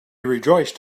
rejoiced